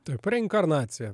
taip reinkarnacija